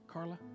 Carla